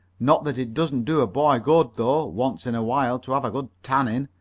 not that it doesn't do a boy good, though, once in a while, to have a good tanning.